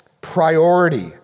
priority